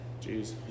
Jeez